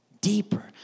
deeper